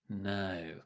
no